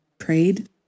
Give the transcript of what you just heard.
prayed